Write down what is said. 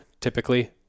Typically